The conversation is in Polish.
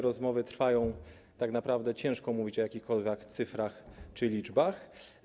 Rozmowy trwają, tak naprawdę trudno mówić o jakichkolwiek cyfrach czy liczbach.